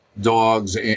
dogs